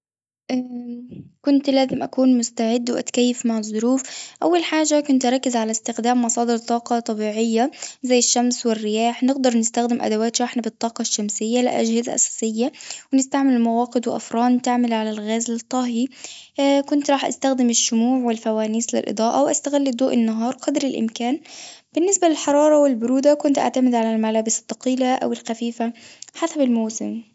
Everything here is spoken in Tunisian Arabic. كنت لازم أكون مستعد واتكيف مع الظروف، أول حاجة كنت أركز على استخدام مصادر طاقة طبيعية زي الشمس والرياح، نقدر نستخدم أدوات شحن بالطاقة الشمسية لأجهزة أساسية، ونستعمل مواقد وأفران تعمل على الغاز للطهي كنت راح استخدم الشموع والفوانيس للإضاءة واستغل ضوء النهار قدر الإمكان، بالنسبة للحرارة والبرودة كنت أعتمد على الملابس الثقيلة أو الخفيفة حسب الموسم.